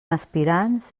aspirants